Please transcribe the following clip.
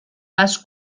pas